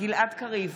גלעד קריב,